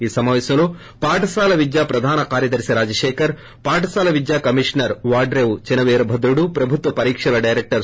ఈ సమావేశంలో పాఠశాల విద్యా ప్రధాన కార్యదర్శి రాజశేఖర్ పాఠశాల విద్య కమిషనర్ వాడ్రేవు చినవీరభద్రుడు ప్రభుత్వ పరీక్షల డైరెక్టర్ ఎ